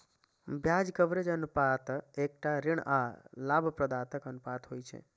ब्याज कवरेज अनुपात एकटा ऋण आ लाभप्रदताक अनुपात होइ छै